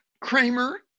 Kramer